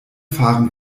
fahren